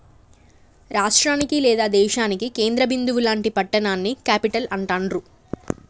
రాష్టానికి లేదా దేశానికి కేంద్ర బిందువు లాంటి పట్టణాన్ని క్యేపిటల్ అంటాండ్రు